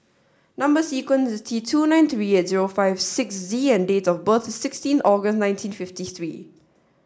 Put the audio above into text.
number sequence is T two nine three eight zero five six Z and date of birth is sixteen August nineteen fifty three